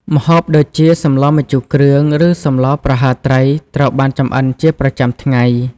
ម្ហូបដូចជា សម្លម្ជូរគ្រឿង ឬសម្លរប្រហើរត្រី ត្រូវបានចម្អិនជាប្រចាំថ្ងៃ។